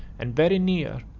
and very near,